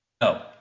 no